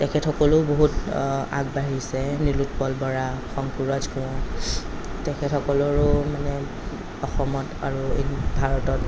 তেখেতসকলেও বহুত আগবাঢ়িছে নীলোৎপল বৰা শংকুৰাজ কোঁৱৰ তেখেতসকলৰো মানে অসমত আৰু ভাৰতত